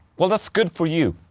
well, that's good for you